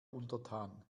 untertan